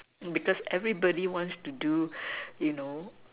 because everybody wants to do you know